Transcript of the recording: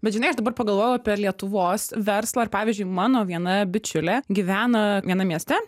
bet žinai aš dabar pagalvojau apie lietuvos verslą ir pavyzdžiui mano viena bičiulė gyvena vienam mieste